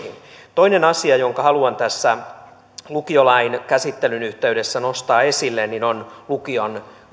toinen asia jonka haluan tässä lukiolain käsittelyn yhteydessä nostaa esille on lukion